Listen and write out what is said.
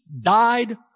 died